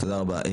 תודה רבה.